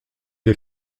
est